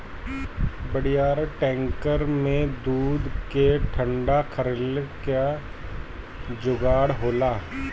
बड़ियार टैंकर में दूध के ठंडा रखले क जोगाड़ होला